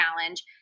challenge